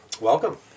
Welcome